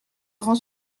grand